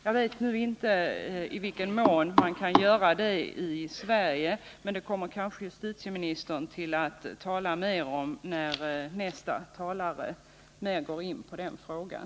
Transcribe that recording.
Jag vet inte i vilken mån man kan göra det i Sverige, men det kommer kanske justitieministern att redogöra för sedan nästa talare mer gått in på den frågan.